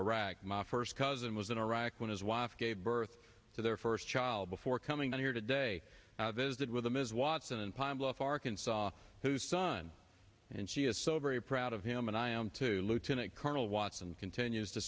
iraq my first cousin was in iraq when his wife gave birth to their first child before coming here to day visit with ms watson in pine bluff arkansas whose son and she is so very proud of him and i am to lieutenant colonel watson continues to